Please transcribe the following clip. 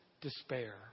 despair